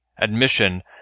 admission